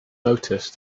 noticed